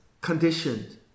conditioned